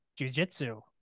jujitsu